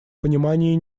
понимании